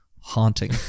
Haunting